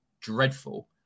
dreadful